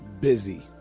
Busy